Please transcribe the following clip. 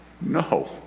No